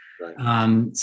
Right